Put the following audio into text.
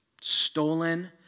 Stolen